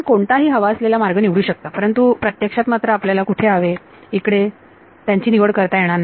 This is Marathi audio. आपण कोणताही हवा असलेला मार्ग निवडू शकता परंतु प्रत्यक्षात मात्र आपल्याला ला कुठे हवे इकडे त्यांची निवड करता येणार नाही